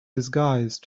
disguised